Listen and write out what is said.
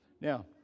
Now